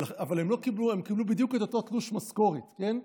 אבל הם קיבלו בדיוק את אותו תלוש משכורת, כן?